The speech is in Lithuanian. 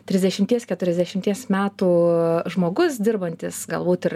trisdešimties keturiasdešimties metų žmogus dirbantis galbūt ir